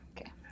okay